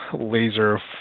laser